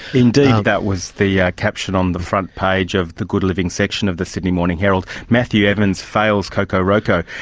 indeed, that was the yeah caption on the front page of the good living section of the sydney morning herald, matthew evans fails coco roco.